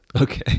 Okay